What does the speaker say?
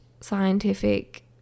scientific